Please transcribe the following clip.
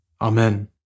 Amen